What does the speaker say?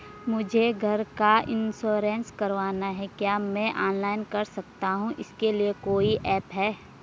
मुझे घर का इन्श्योरेंस करवाना है क्या मैं ऑनलाइन कर सकता हूँ इसके लिए कोई ऐप है?